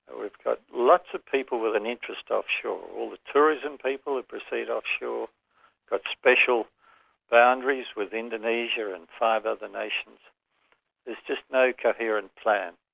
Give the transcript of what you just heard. and we've got lots of people with an interest offshore all the tourism people who proceed offshore, we've got special boundaries with indonesia and five other nations there's just no coherent plan.